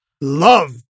love